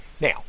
Now